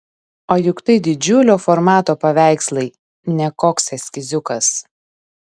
o juk tai didžiulio formato paveikslai ne koks eskiziukas